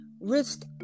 risk